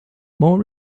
more